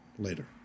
Later